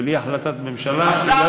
בלי החלטת ממשלה היא לא יכולה